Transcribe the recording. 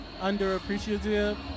underappreciative